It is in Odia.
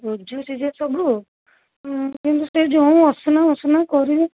ବୁଝୁଛି ଯେ ସବୁ କିନ୍ତୁ ସେ ଯେଉଁ ଅସନା ମସନା କରିବେ